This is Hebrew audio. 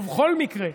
ובכל מקרה,